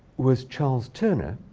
was charles turner.